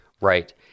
Right